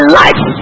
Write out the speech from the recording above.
life